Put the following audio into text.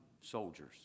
soldiers